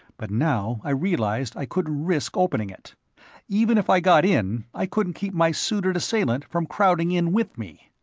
but now i realized i couldn't risk opening it even if i got in, i couldn't keep my suited assailant from crowding in with me.